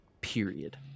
Period